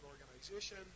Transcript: organization